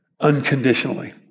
unconditionally